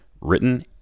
written